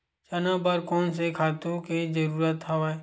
चना बर कोन से खातु के जरूरत हवय?